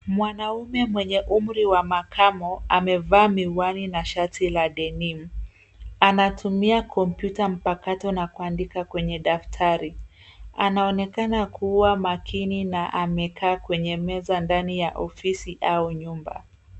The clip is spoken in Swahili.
Mwanaume mwenye umri wa makamo amevaa miwani na shati la denim . Anatumia kompyuta mpakato na kuandika kwenye daftari, Anaonekana kuwa makini na amekaa kwenye meza ndani ya ofisi au nyumba.